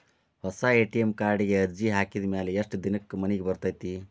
ಹೊಸಾ ಎ.ಟಿ.ಎಂ ಕಾರ್ಡಿಗೆ ಅರ್ಜಿ ಹಾಕಿದ್ ಮ್ಯಾಲೆ ಎಷ್ಟ ದಿನಕ್ಕ್ ಮನಿಗೆ ಬರತೈತ್ರಿ?